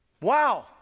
Wow